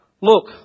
Look